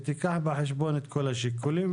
שתיקח בחשבון את כל השיקולים,